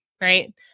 right